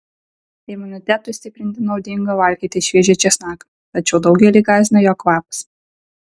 imunitetui stiprinti naudinga valgyti šviežią česnaką tačiau daugelį gąsdina jo kvapas